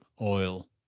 oil